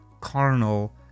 carnal